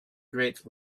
great